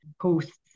posts